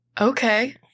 Okay